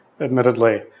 admittedly